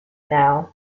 now